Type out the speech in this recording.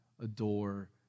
adore